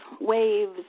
waves